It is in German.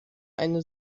eine